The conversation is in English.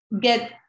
get